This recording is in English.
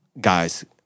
guys